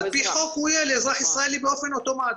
הוא יהיה לאזרח ישראלי באופן אוטומטי.